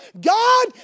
God